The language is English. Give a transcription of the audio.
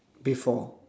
before